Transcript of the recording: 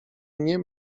nie